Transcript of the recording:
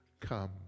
come